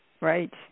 Right